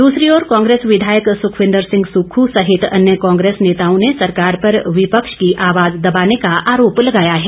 दूसरी ओर कांग्रेस विधायक सुखविंद्र सिंह सुक्खू सहित अन्य कांग्रेस नेताओं ने सरकार पर विपक्ष की आवाज दबाने का आरोप लगाया है